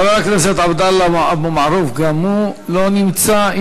חבר הכנסת עבדאללה אבו מערוף, גם הוא לא נמצא.